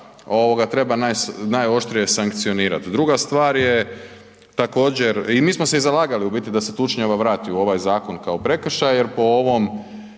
djela, treba najoštrije sankcionirati. Druga stvar je također i mi smo se i zalagali u biti da se tučnjava vrati u ovaj zakon kao prekršaj jer po ovom